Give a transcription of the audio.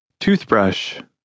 Toothbrush